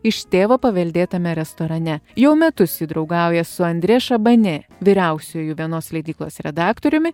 iš tėvo paveldėtame restorane jau metus ji draugauja su andrė šabani vyriausiuoju vienos leidyklos redaktoriumi